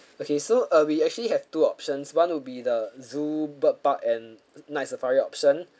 okay so uh we actually have two options one will be the zoo bird park and night safari option